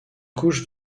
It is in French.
couche